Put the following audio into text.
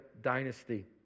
dynasty